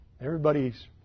Everybody's